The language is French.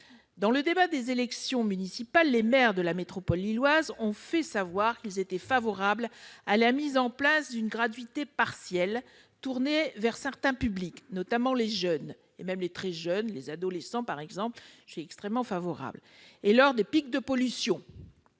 Dans le débat des élections municipales, les maires de la métropole lilloise ont fait savoir qu'ils étaient favorables à la mise en place d'une gratuite partielle, tournée vers certains publics, notamment les jeunes, et même les très jeunes- ce à quoi je suis très favorable -, et lors des pics de pollution.